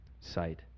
Sight